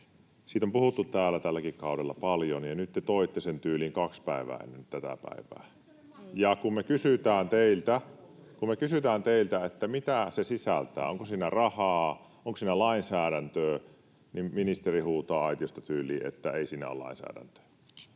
siitä on puhuttu täällä tälläkin kaudella paljon ja nyt te toitte sen tyyliin kaksi päivää ennen tätä päivää, [Välihuutoja kokoomuksen ryhmästä] ja kun me kysytään teiltä, mitä se sisältää — onko siinä rahaa, onko siinä lainsäädäntöä — niin ministeri huutaa aitiosta tyyliin, että ei siinä ole lainsäädäntöä.